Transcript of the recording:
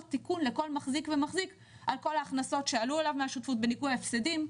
תיקון לכל מחזיק ומחזיק על כל ההכנסות שעלו אליו מהשותפות בניכוי ההפסדים,